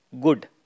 good